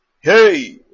Hey